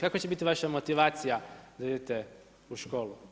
Kakva će biti vaša motivacija, da idete u školu?